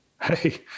Hey